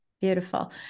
Beautiful